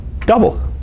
Double